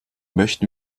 möchten